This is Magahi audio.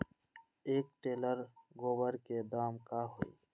एक टेलर गोबर के दाम का होई?